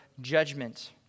judgment